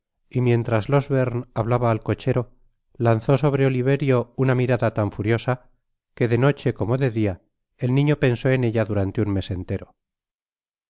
y mientras mr losberne hablaba al cochero lanzó sobre oliverio una mirada tan furiosa que de noche como de dia el niño pensó en ella durante un mes entero